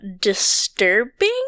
disturbing